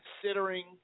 considering